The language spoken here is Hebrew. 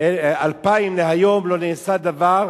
2000 עד היום לא נעשה דבר.